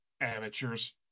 amateurs